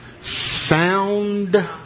sound